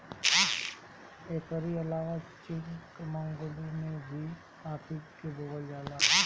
एकरी अलावा चिकमंगलूर में भी काफी के बोअल जाला